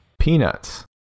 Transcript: Peanuts